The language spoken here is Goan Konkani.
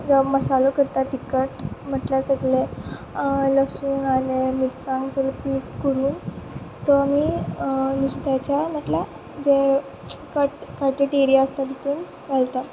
मसालो करतात तिखट म्हटल्यार सगळें लसूण आलें मिरसांग सगळें पीस करून तो आमी नुस्त्याच्या म्हटल्यार जे कट कटीड एरिया आसा तितूंत घालता